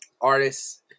artists